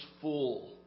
full